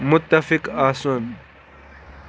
مُتفِق آسُن